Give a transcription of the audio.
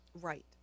Right